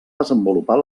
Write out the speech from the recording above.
desenvolupar